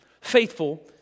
faithful